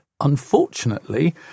Unfortunately